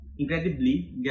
Incredibly